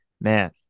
man